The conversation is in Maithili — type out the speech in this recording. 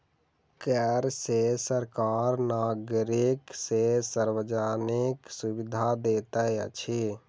कर सॅ सरकार नागरिक के सार्वजानिक सुविधा दैत अछि